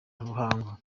ruhango